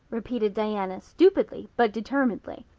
repeated diana, stupidly but determinedly.